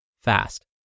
fast